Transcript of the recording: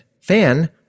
fan